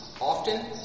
often